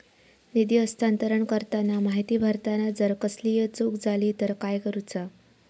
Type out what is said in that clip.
निधी हस्तांतरण करताना माहिती भरताना जर कसलीय चूक जाली तर काय करूचा?